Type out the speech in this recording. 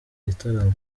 gitaramo